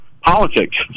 politics